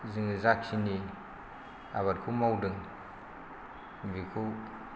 जोङो जाखिनि आबादखौ मावदों बेखौ